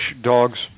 dogs